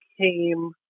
came